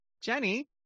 Jenny